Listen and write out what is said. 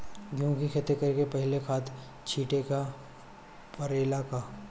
गेहू के खेती करे से पहिले खाद छिटे के परेला का?